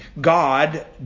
God